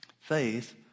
Faith